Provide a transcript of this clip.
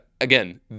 Again